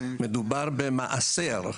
מדובר במעשר,